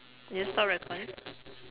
did you stop recording